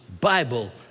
Bible